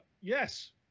Yes